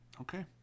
Okay